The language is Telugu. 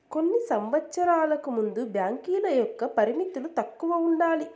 కొన్ని సంవచ్చరాలకు ముందు బ్యాంకుల యొక్క పరిమితులు తక్కువ ఉండాలి